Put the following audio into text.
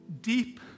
deep